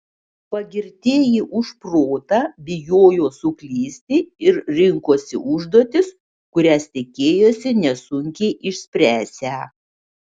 pagirtieji už protą bijojo suklysti ir rinkosi užduotis kurias tikėjosi nesunkiai išspręsią